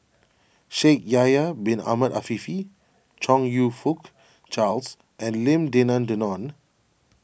Shaikh Yahya Bin Ahmed Afifi Chong You Fook Charles and Lim Denan Denon